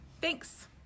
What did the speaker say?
Thanks